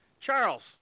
Charles